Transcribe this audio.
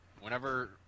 Whenever